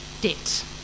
debt